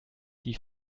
die